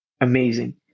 amazing